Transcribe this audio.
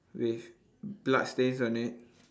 with bloodstains on it